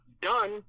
done